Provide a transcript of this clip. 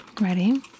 Ready